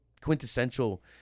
quintessential